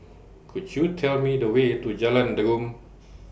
Could YOU Tell Me The Way to Jalan Derum